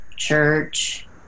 Church